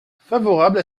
favorable